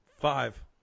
Five